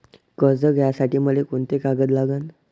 कर्ज घ्यासाठी मले कोंते कागद लागन?